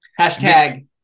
Hashtag